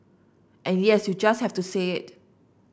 and yes you just have to say it